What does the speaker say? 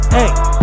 Hey